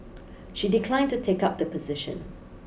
she declined to take up the position